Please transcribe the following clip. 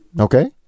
Okay